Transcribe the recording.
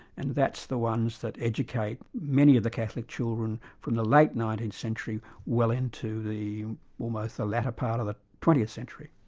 and that's the ones that educate many of the catholic children from the late nineteenth century, well into almost the latter part of the twentieth century.